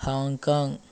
Hong Kong